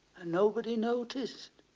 and nobody noticed.